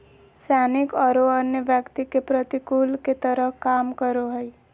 सैनिक औरो अन्य व्यक्ति के प्रतिकूल के तरह काम करो हइ